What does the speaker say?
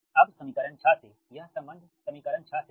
अब समीकरण 6 से यह संबंध समीकरण 6 से है